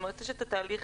יש את התהליך